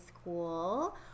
school